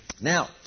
Now